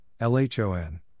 LHON